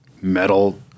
metal